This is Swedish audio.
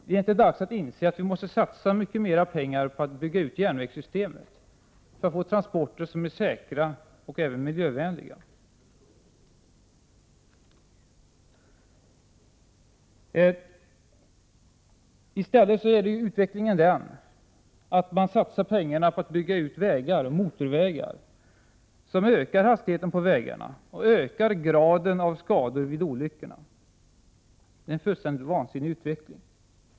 Är det inte dags att inse att vi måste satsa mer pengar på att bygga ut järnvägssystemet, för att få transporter som är säkra och även miljövänliga? I stället är utvecklingen den att pengarna satsas på byggande av vägar och motorvägar, som ökar hastigheten och ökar graden av skador vid olyckor. Det är en fullständigt vansinnig utveckling.